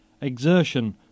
Exertion